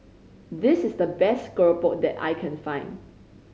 this is the best keropok that I can find